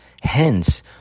Hence